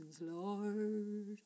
Lord